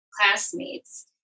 classmates